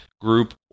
group